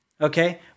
Okay